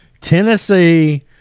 Tennessee